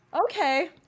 Okay